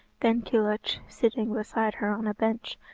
then kilhuch, sitting beside her on a bench,